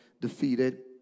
defeated